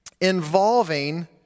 involving